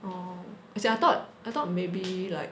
oh as in I thought I thought maybe like